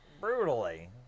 Brutally